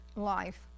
life